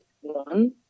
one